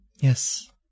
Yes